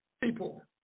people